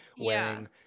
wearing